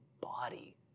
body